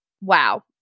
wow